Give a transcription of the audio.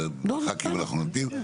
לח"כים אנחנו נותנים.